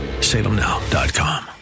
Salemnow.com